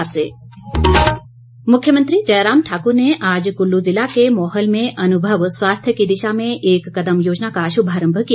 मुख्यमंत्री मुख्यमंत्री जयराम ठाकुर ने आज कुल्लू ज़िला के मोहल में अनुभव स्वास्थ्य की दिशा में एक कदम योजना का शुभारंभ किया